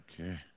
Okay